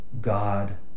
God